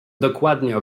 dokładnie